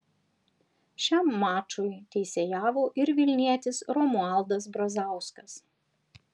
šiam mačui teisėjavo ir vilnietis romualdas brazauskas